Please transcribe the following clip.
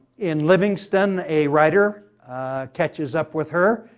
in livingston a writer catches up with her.